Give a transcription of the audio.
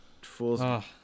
fools